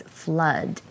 flood